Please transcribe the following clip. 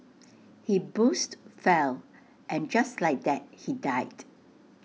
he boozed fell and just like that he died